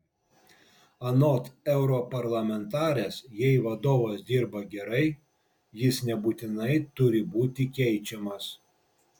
anot europarlamentarės jei vadovas dirba gerai jis nebūtinai turi būti keičiamas